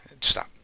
Stop